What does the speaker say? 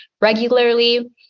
regularly